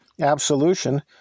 absolution